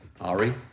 Ari